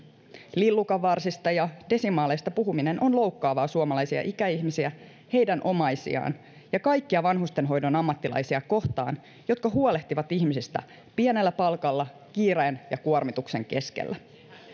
lillukanvarsista ja desimaaleista puhuminen on loukkaavaa suomalaisia ikäihmisiä heidän omaisiaan ja kaikkia niitä vanhustenhoidon ammattilaisia kohtaan jotka huolehtivat ihmisistä pienellä palkalla kiireen ja kuormituksen keskellä